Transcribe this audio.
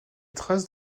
traces